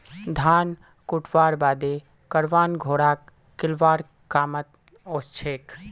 धान कुटव्वार बादे करवान घोड़ाक खिलौव्वार कामत ओसछेक